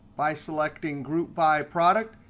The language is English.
by selecting group by product,